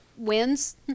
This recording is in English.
Wins